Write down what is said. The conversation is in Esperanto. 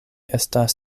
estas